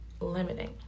limiting